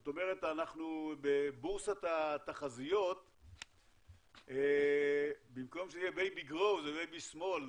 זאת אומרת אנחנו בבורסת התחזיות במקום שנהיה baby grow זה baby small,